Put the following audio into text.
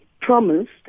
promised